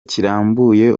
kirambuye